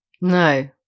No